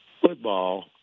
football